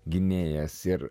gynėjas ir